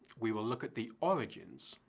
we will look at the origins,